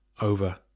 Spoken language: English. over